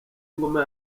ingoma